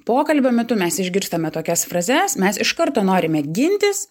pokalbio metu mes išgirstame tokias frazes mes iš karto norime gintis